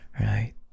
Right